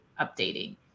updating